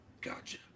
Gotcha